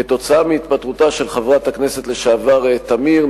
כתוצאה מהתפטרותה של חברת הכנסת לשעבר תמיר,